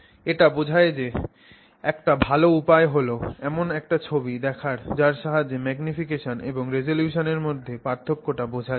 এটা বোঝার একটা ভালো উপায় হল এমন একটা ছবি দেখা যার সাহায্যে ম্যাগনিফিকেশন এবং রিজোলিউশনের মধ্যে পার্থক্য টা বোঝা যায়